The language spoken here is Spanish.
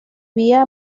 vía